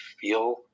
feel